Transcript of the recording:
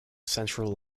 central